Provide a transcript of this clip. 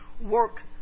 work